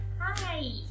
Hi